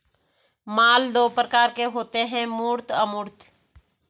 माल दो प्रकार के होते है मूर्त अमूर्त